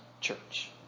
church